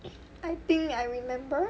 I think I remember